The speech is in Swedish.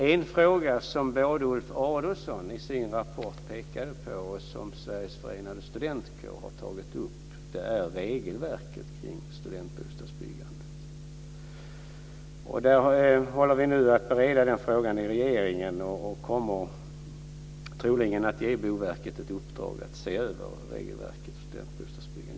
En fråga som både Ulf Adelsohn pekar på i sin rapport och Sveriges Förenade Studentkår har tagit upp är regelverket kring studentbostadsbyggandet. Vi bereder nu frågan i regeringen och kommer troligen att ge Boverket ett uppdrag att se över regelverket för studentbostadsbyggandet.